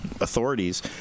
authorities